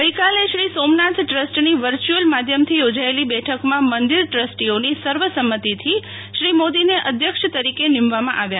ગઈકાલે શ્રીસોમનાથ ટ્રસ્ટની વર્ચ્યુઅલ માધ્યમથી યોજાયેલી બેઠકમાં મંદિર ટ્રસ્ટીઓની સર્વસંમતિથી શ્રી મોદીને અધ્યક્ષ તરીકે નિમવામાં આવ્યા